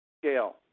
scale